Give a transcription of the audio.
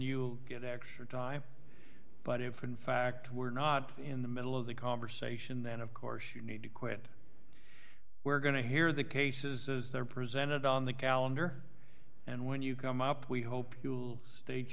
you get extra time but if in fact we're not in the middle of the conversation then of course you need to quit we're going to hear the cases as they're presented on the calendar and when you come up we hope you'll states